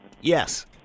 Yes